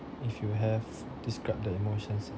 if you have describe the emotions